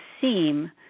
seem